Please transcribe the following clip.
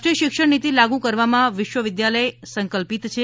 રાષ્ટ્રીય શિક્ષણનિતિ લાગુ કરવામાં વિશ્વવિધાલય સંકલ્પિત છે